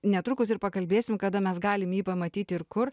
netrukus ir pakalbėsim kada mes galim jį pamatyti ir kur